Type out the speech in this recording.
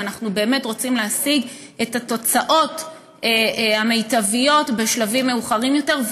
אנחנו באמת רוצים להשיג את התוצאות המיטביות בשלבים מאוחרים יותר,